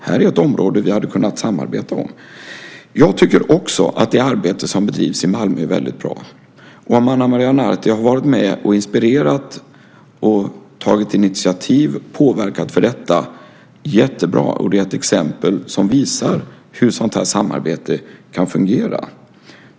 Här är ett område vi hade kunnat samarbeta om. Jag tycker också att det arbete som bedrivs i Malmö är bra. Att Ana Maria Narti har varit med och inspirerat, tagit initiativ och påverkat är jättebra. Det är ett exempel som visar hur ett sådant samarbete kan fungera.